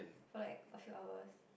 for like a few hours